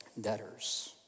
debtors